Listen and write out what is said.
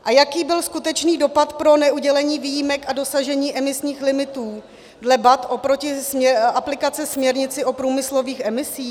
A jaký by byl skutečný dopad pro neudělení výjimek a dosažení emisních limitů dle BAT oproti aplikaci směrnice o průmyslových emisích?